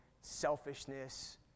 selfishness